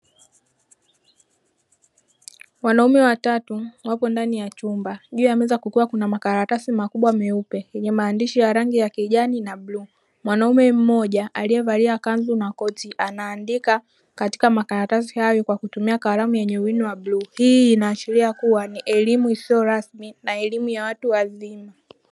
Wanaume watatu wapo ndani ya chumba, juu ya meza kukiwa na makaratasi makubwa meupe yenye maandishi ya rangi ya kijani na bluu, mwanaume mmoja alievalia kanzu na koti anaandika katika makaratasi hayo kwa kutumia kalamu yenye wino wa bluu hii inaashiria kuwa ni elimu isiyo rasmi na elimu ya watu wazima.